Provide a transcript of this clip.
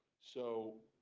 so